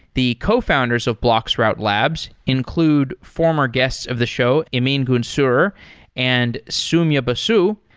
the cofounders of bloxroute labs include former guest of the show emin gun sirer and soumya basu,